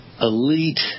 elite